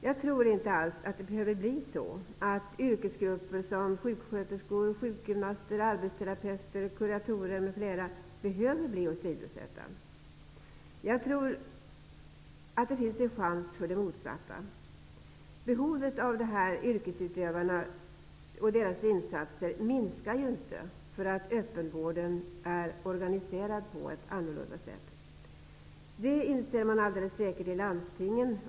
Jag tror inte alls att det behöver bli så att yrkesgrupper som sjuksköterskor, sjukgymnaster, arbetsterapeuter, kuratorer m.fl. blir åsidosatta. Jag tror att det finns förutsättningar för det motsatta. Behovet av de här yrkesutövarnas insatser minskar ju inte därför att öppenvården är organiserad på ett något annorlunda sätt. Det inser man alldeles säkert i landstingen.